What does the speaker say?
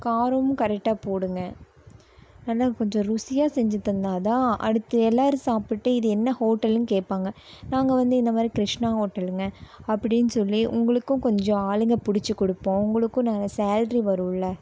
காரமும் கரெக்டாக போடுங்கள் நல்லா கொஞ்சம் ருசியாக செஞ்சு தந்தால் தான் அடுத்து எல்லோரும் சாப்பிட்டு இது என்ன ஹோட்டலுன்னு கேட்பாங்க நாங்கள் வந்து இந்த மாதிரி கிருஷ்ணா ஹோட்டலுங்க அப்படின் சொல்லி உங்களுக்கும் கொஞ்சம் ஆளுங்க பிடிச்சு கொடுப்போம் உங்களுக்கும் நல்ல சேலரி வருமில்ல